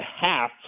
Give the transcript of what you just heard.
half